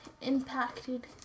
impacted